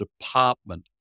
department